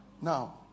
Now